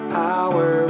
power